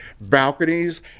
balconies